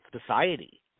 society